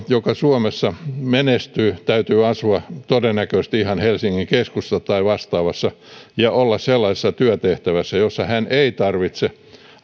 joka suomessa pärjää ilman henkilöautoa täytyy asua todennäköisesti ihan helsingin keskustassa tai vastaavassa ja olla sellaisessa työtehtävässä jossa hän ei tarvitse